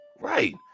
Right